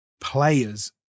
players